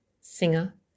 singer